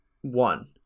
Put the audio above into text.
one